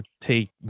take